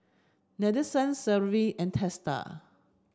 Nadesan Sanjeev and Teesta